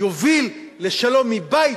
יוביל לשלום מבית,